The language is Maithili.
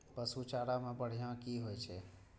पशु चारा मैं बढ़िया की होय छै?